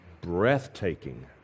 breathtaking